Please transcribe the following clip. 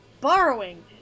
Borrowing